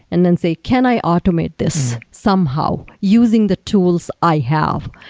and then say, can i automate this somehow using the tools i have,